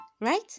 right